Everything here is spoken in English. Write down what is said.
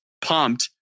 pumped